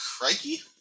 Crikey